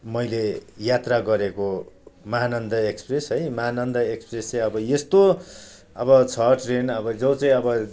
मैले यात्रा गरेको महानन्द एक्सप्रेस है महानन्द एक्पप्रेस चाहिँ अब यस्तो अब छ ट्रेन अब जो चाहिँ अब